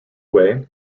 way